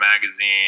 Magazine